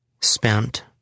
spent